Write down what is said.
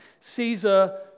Caesar